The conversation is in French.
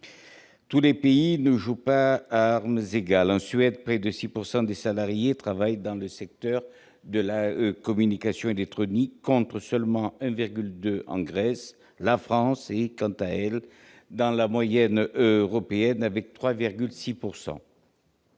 Tous les pays ne jouent pas à armes égales. En Suède, près de 6 % des salariés travaillent dans le secteur de la communication électronique, contre seulement 1,2 % en Grèce. La France, quant à elle, est dans la moyenne européenne, avec 3,6 %.